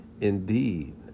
Indeed